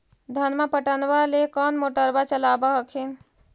धनमा पटबनमा ले कौन मोटरबा चलाबा हखिन?